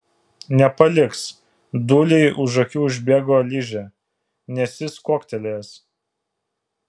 nepaliks dūliui už akių užbėgo ližė nes jis kuoktelėjęs